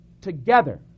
together